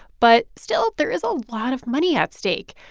but, still, there is a lot of money at stake.